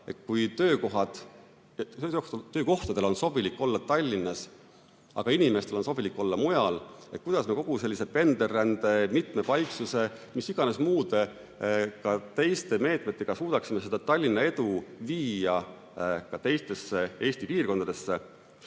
Kui töökohtadel on sobilik olla Tallinnas, aga inimestel on sobilik olla mujal, siis kuidas me kogu pendelrände, mitmepaiksuse ja mis iganes muude ka teiste meetmetega suudaksime seda Tallinna edu viia ka teistesse Eesti piirkondadesse? Räägitud